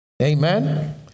Amen